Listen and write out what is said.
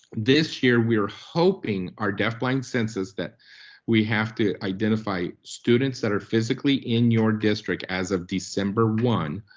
this year, we're hoping our deaf-blind census that we have to identify students that are physically in your district as of december one,